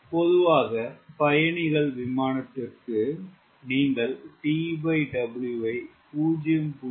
பொதுவாக பயணிகள் விமானத்திற்கு நீங்கள் TW ஐ 0